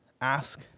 ask